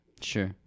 Sure